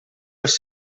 els